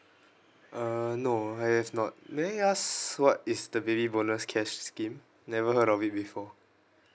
uh no I have not may I ask what is the baby bonus cash scheme never heard of it before